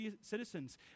citizens